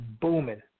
booming